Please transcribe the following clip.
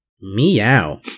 Meow